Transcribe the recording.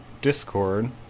Discord